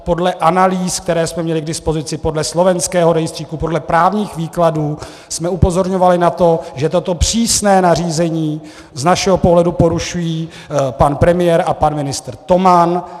Podle analýz, které jsme měli k dispozici, podle slovenského rejstříku, podle právních výkladů jsme upozorňovali na to, že tohle přísné nařízení z našeho pohledu porušují pan premiér a pan ministr Toman.